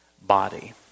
Body